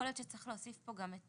יכול להיות שצריך להוסיף לפה גם את